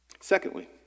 Secondly